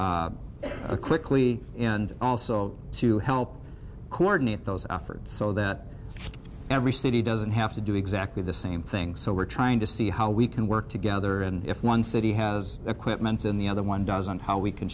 more quickly and also to help coordinate those efforts so that every city doesn't have to do exactly the same thing so we're trying to see how we can work together and if one city has equipment and the other one doesn't how we can